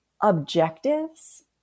Objectives